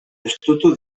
estutu